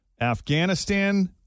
Afghanistan